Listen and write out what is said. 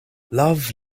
love